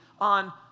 on